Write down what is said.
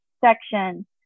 section